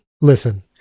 listen